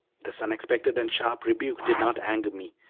this unexpected and sharp rebuke did not anger me,